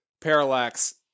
Parallax